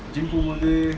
okay